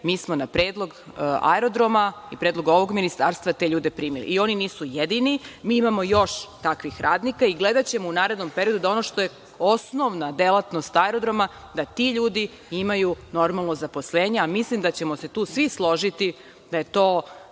mi smo na predlog aerodroma i predloga ovog Ministarstva te ljude primili. Oni nisu jedini. Mi imamo još takvih radnika i gledaćemo u narednom periodu da ono što je osnovna delatnost aerodroma, da ti ljudi imaju normalno zaposlenje, a mislim da ćemo se tu svi složiti da je to